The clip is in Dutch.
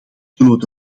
zullen